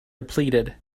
depleted